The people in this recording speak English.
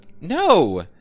No